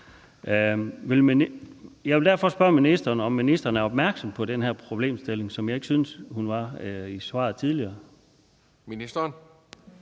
Jeg vil derfor spørge ministeren, om ministeren er opmærksom på den problemstilling, hvilket jeg ikke synes hun var i svaret tidligere. Kl.